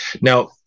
Now